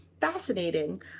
fascinating